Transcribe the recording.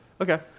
Okay